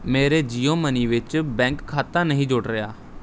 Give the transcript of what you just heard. ਮੇਰੇ ਜੀਓਮਨੀ ਵਿੱਚ ਬੈਂਕ ਖਾਤਾ ਨਹੀਂ ਜੁੜ ਰਿਹਾ